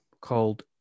called